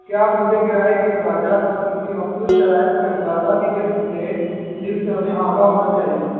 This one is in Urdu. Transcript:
کیا آپ مجھے کرائے کے اخراجات اور کسی مخصوص شرائط کا اندازہ بھی دے سکتے ہیں جن سے ہمیں آگاہ ہونا چاہیے